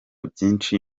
byinshi